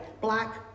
black